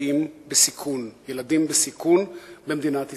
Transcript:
נמצאים בסיכון במדינת ישראל.